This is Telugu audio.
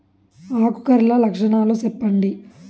ఆకు కర్ల లక్షణాలు సెప్పండి